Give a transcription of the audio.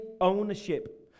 ownership